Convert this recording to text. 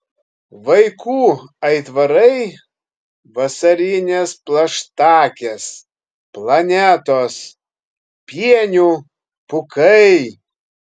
vaikų aitvarai vasarinės plaštakės planetos pienių pūkai